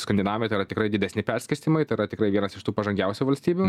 skandinavai tai yra tikrai didesni perskirstymai tai yra tikrai vienas iš tų pažangiausių valstybių